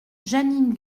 jeanine